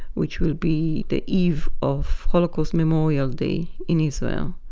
which will be the eve of holocaust memorial day in israel.